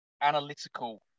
analytical